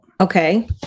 Okay